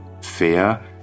fair